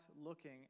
looking